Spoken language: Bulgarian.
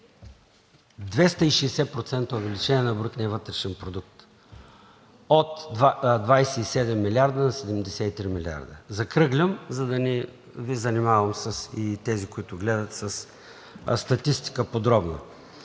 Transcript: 260% увеличение на брутния вътрешен продукт – от 27 милиарда на 73 милиарда. Закръглям, за да не Ви занимавам и Вас, и тези, които гледат, подробно